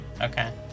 Okay